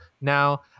now